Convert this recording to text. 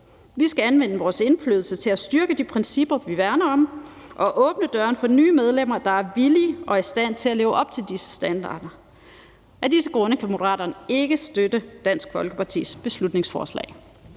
Vi skal anvende vores indflydelse til at styrke de principper, vi værner om, og åbne døren for nye medlemmer, der er villige og i stand til at leve op til de standarder. Af disse grunde kan Moderaterne ikke støtte Dansk Folkepartis beslutningsforslag.